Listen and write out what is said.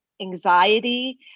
anxiety